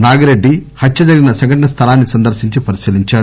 నాగిరెడ్డి హత్య జరిగిన సంఘటన స్థలాన్సి సందర్పించి పరిశీలించారు